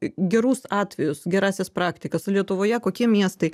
gerus atvejus gerąsias praktikas lietuvoje kokie miestai